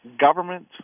government